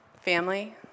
Family